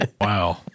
Wow